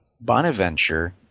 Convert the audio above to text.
Bonaventure